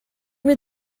were